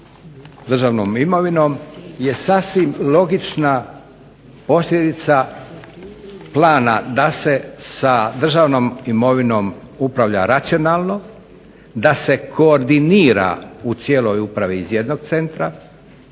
državnom imovinom je sasvim logična posljedica plana da se sa državnom imovinom upravlja racionalno, da se koordinira u cijeloj upravi iz jednog centra.